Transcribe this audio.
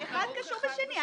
אחד קשור בשני.